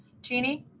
jeannie?